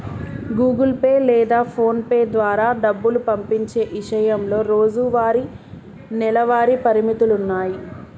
Google Pay లేదా PhonePe ద్వారా డబ్బు పంపించే ఇషయంలో రోజువారీ, నెలవారీ పరిమితులున్నాయి